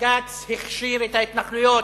בג"ץ הכשיר את ההתנחלויות.